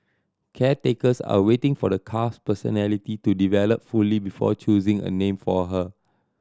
caretakers are waiting for the calf's personality to develop fully before choosing a name for her